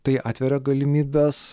tai atveria galimybes